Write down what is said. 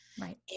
Right